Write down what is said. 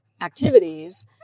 activities